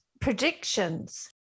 predictions